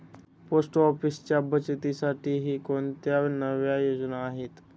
Post ऑफिसच्या बचतीसाठी कोणत्या नव्या योजना आहेत?